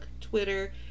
Twitter